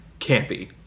campy